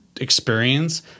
experience